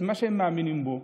את מה שהם מאמינים בו.